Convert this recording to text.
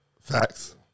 Facts